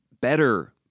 better